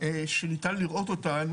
שניתן לראות אותן